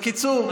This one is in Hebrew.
בקיצור,